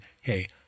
hey